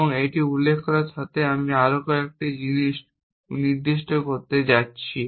এবং এটি উল্লেখ করার সাথে আমি আরও কয়েকটি জিনিস নির্দিষ্ট করতে যাচ্ছি